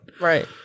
Right